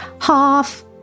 Half